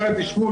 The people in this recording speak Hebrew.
אומרת: תשמעו,